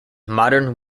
modern